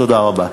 תודה רבה.